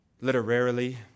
Literarily